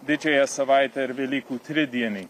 didžiąją savaitę ir velykų tridienį